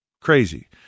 Crazy